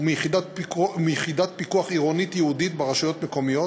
ומיחידת פיקוח עירונית ייעודית ברשויות מקומיות,